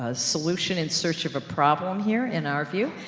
ah solution in search of a problem here, in our view,